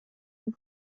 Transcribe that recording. and